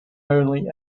only